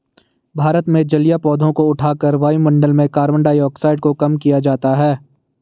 भारत में जलीय पौधों को उठाकर वायुमंडल में कार्बन डाइऑक्साइड को कम किया जाता है